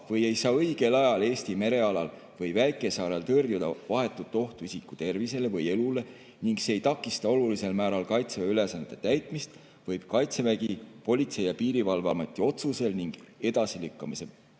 või ei saa õigel ajal Eesti merealal või väikesaarel tõrjuda vahetut ohtu isiku tervisele või elule ning see ei takista olulisel määral Kaitseväe ülesannete täitmist, võib Kaitsevägi Politsei- ja Piirivalveameti otsusel ning edasilükkamatu